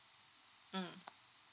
mm